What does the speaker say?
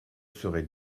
serait